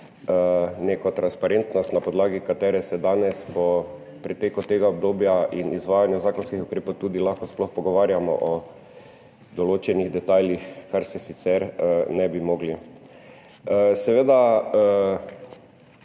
neko transparentnost, na podlagi katere se danes po preteku tega obdobja in izvajanju zakonskih ukrepov tudi lahko sploh pogovarjamo o določenih detajlih, o čemer se sicer ne bi mogli.